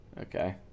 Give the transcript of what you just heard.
okay